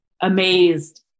amazed